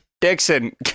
Dixon